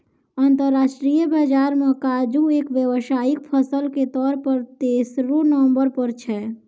अंतरराष्ट्रीय बाजार मॅ काजू एक व्यावसायिक फसल के तौर पर तेसरो नंबर पर छै